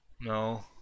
No